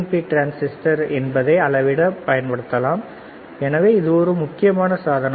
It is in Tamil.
பி சரியானதா இல்லையா என்பதை அளவிட பயன்படுத்தலாம் எனவே மிக முக்கியமான சாதனம்